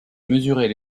mesurer